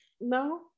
no